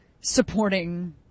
supporting